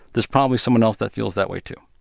there's probably someone else that feels that way, too.